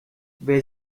wer